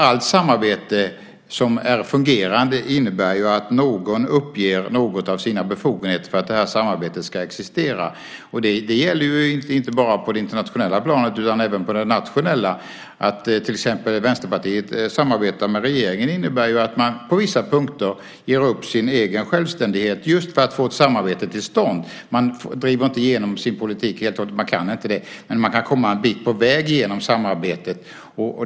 Allt samarbete som fungerar innebär att någon uppger någon av sina befogenheter för att samarbetet ska existera. Det gäller inte bara på det internationella planet utan även på det nationella. Till exempel att Vänsterpartiet samarbetar med regeringen innebär att man på vissa punkter ger upp sin egen självständighet, just för att få ett samarbete till stånd. Man driver inte igenom sin politik helt och hållet. Man kan inte det, men man kan komma en bit på väg genom samarbetet.